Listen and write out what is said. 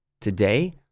Today